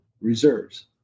reserves